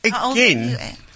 Again